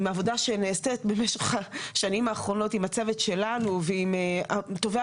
עם עבודה שנעשית במשך השנים האחרונות עם הצוות שלנו וטובי